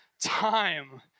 time